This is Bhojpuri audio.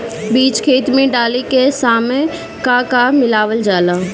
बीज खेत मे डाले के सामय का का मिलावल जाई?